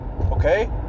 okay